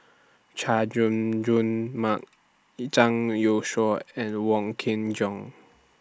Chay Jung Jun Mark Zhang Youshuo and Wong Kin Jong